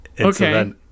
Okay